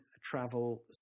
travel